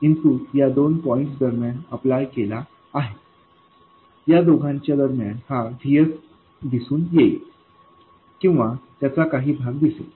आणि इनपुट या दोन पॉईंट्स दरम्यान अप्लाय केले आहे या दोघांच्या दरम्यान हा Vs दिसून येईल किंवा त्याचा काही भाग दिसेल